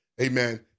amen